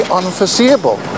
unforeseeable